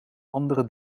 andere